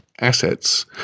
assets